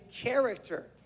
character